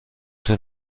طول